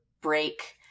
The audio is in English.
break